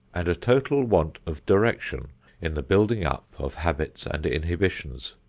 and a total want of direction in the building up of habits and inhibitions.